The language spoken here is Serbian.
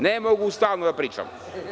Ne mogu stalno da pričam.